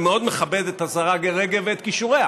אני מאוד מכבד את השרה רגב ואת כישוריה,